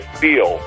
feel